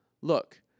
Look